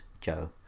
Joe